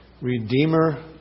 Redeemer